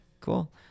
cool